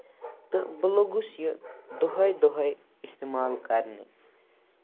تہٕ بہٕ لوٚگٔس یہِ دۅہے دۅہے اِٮستعمال کرنہٕ